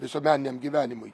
visuomeniniam gyvenimui